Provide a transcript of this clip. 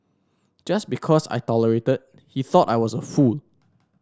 just because I tolerated he thought I was a fool